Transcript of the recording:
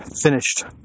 finished